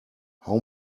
how